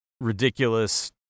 ridiculous